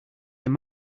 your